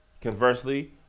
Conversely